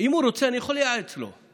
אם הוא רוצה, אני יכול לייעץ לו.